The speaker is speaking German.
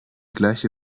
gleiche